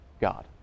God